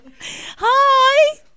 hi